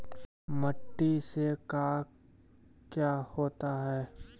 माटी से का क्या होता है?